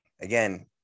again